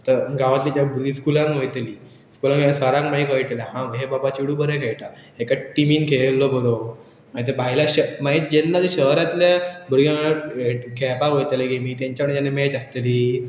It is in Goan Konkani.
आतां गांवांतली जे भुरगीं स्कुलान वयतली स्कुलान वयल्या सरांक मागीर वयटलें हांव हे बाबा चेडूं बरें खेळटा एका टिमीन खेळयल्लो बरो मागी ते भायलां श मागीर जेन्ना ते शहरांतल्या भुरग्यां खेळपाक वयतले गेमी तेंच्या वांगडा जेन्ना मॅच आसतली